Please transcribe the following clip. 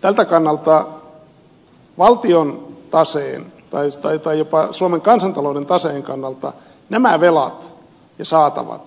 tältä kannalta valtion taseen tai jopa suomen kansantalouden taseen kannalta nämä velat ja saatavat